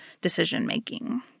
decision-making